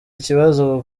ikibazo